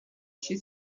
she